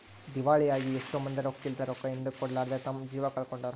ದಿವಾಳಾಗಿ ಎಷ್ಟೊ ಮಂದಿ ರೊಕ್ಕಿದ್ಲೆ, ರೊಕ್ಕ ಹಿಂದುಕ ಕೊಡರ್ಲಾದೆ ತಮ್ಮ ಜೀವ ಕಳಕೊಂಡಾರ